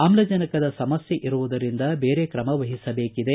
ಆಮ್ಲಜನಕದ ಸಮಸ್ಕೆ ಇರುವುದರಿಂದ ದೇರೆ ಕ್ರಮ ವಹಿಸಬೇಕಿದೆ